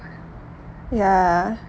ya